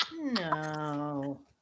no